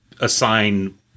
assign